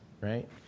right